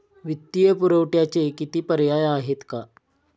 वित्तीय पुरवठ्याचे किती पर्याय आहेत का?